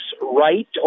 right